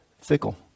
fickle